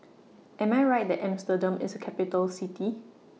Am I Right that Amsterdam IS A Capital City